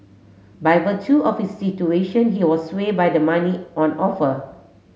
by virtue of his situation he was sway by the money on offer